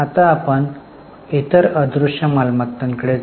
आता आपण इतर अदृश्य मालमत्तांकडे जाऊ